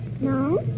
no